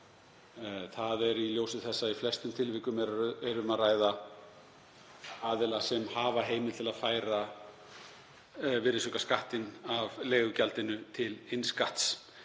í ljósi þess að í flestum tilvikum er um að ræða aðila sem hafa heimild til að færa virðisaukaskattinn af leigugjaldinu til innskatts.